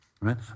right